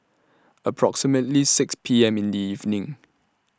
approximately six P M in The evening